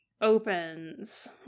opens